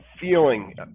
feeling